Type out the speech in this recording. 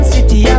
City